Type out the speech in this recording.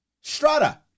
strata